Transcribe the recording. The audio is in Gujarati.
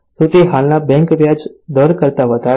શું તે હાલના બેંક વ્યાજ દર કરતા વધારે છે